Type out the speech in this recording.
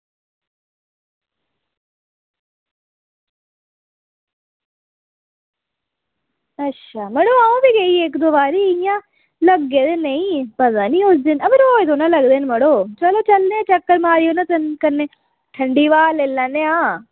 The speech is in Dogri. अच्छा मड़ो अं'ऊ बी गेई इक्क दौ बारी ते पता नेईं मड़ो रोज़ थोह्ड़े ना लगदे इक्क दौ बोरी चलो चलने आं किन्ने चक्कर लाने आं इक्क बारी ठंडी ब्हा लेई लैन्ने आं